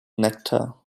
nectar